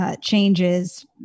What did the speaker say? changes